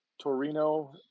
Torino